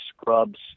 scrubs